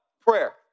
prayer